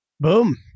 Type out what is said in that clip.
Boom